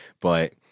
But-